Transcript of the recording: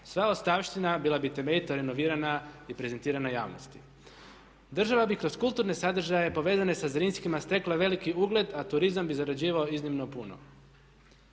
Sva ostavština bila bi temeljito renovirana i prezentirana javnosti. Država bi kroz kulturne sadržaje povezane sa Zrinskima stekla veliki ugled a turizam bi zarađivao iznimno puno.